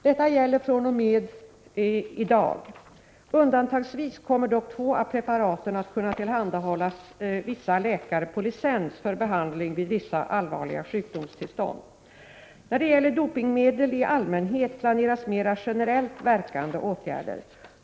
Detta gäller fr.o.m. i dag. Undantagsvis kommer dock två av preparaten att kunna tillhandahållas vissa läkare på licens för behandling vid vissa allvarliga sjukdomstillstånd. När det gäller dopingmedel i allmänhet planeras mera generellt verkande åtgärder.